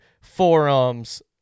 forums